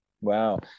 wow